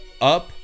up